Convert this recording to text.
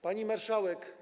Pani Marszałek!